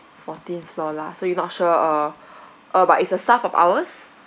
fourteenth floor lah so you not sure uh uh but it's a staff of ours